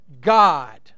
God